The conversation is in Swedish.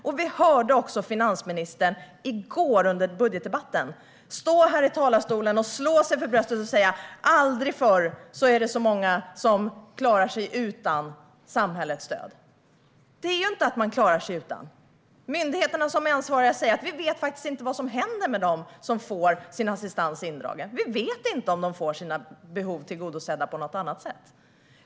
Och under budgetdebatten i går stod också finansministern här i talarstolen och slog sig för bröstet och sa att det aldrig förr varit så många som klarar sig utan samhällets stöd. Det handlar inte om att man klarar sig utan. De ansvariga myndigheterna säger att de faktiskt inte vet vad som händer med dem som får sin assistans indragen. Man vet inte om de får sina behov tillgodosedda på något annat sätt.